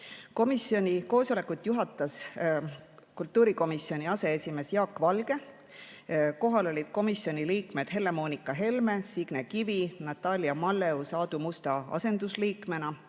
koosolekut juhatas kultuurikomisjoni aseesimees Jaak Valge. Kohal olid komisjoni liikmed Helle-Moonika Helme, Signe Kivi, Natalia Malleus Aadu Musta asendusliikmena,